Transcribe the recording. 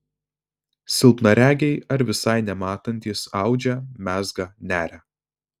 silpnaregiai ar visai nematantys audžia mezga neria